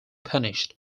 punished